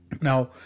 Now